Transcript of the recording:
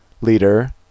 leader